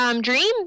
Dream